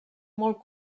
molt